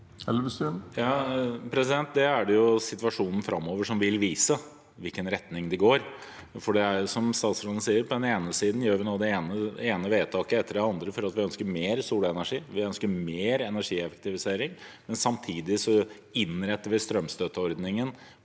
Det er situasjonen framover som vil vise i hvilken retning det går, for, som statsråden sier, på den ene siden gjør vi nå det ene vedtaket etter det andre fordi vi ønsker mer solenergi, vi ønsker mer energieffektivisering, men samtidig innretter vi strømstøtteordningen